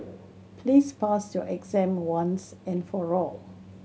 please pass your exam once and for all